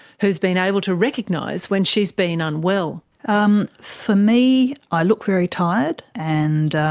who has been able to recognise when she has been unwell. um for me i look very tired, and